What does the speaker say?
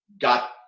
got